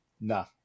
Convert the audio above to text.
no